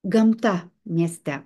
gamta mieste